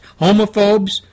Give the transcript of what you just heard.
homophobes